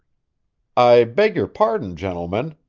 i beg your pardon, gentlemen,